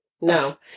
No